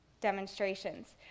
demonstrations